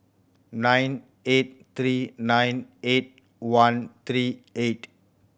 nine eight three nine eight one three eight